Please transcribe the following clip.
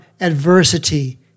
adversity